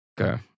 Okay